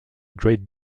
great